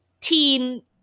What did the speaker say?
teen